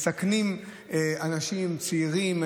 מסכנים אנשים צעירים,